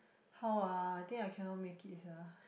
how ah I think I cannot make it sia